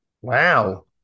Wow